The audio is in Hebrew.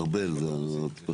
ארבל זה ההדפסה.